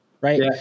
Right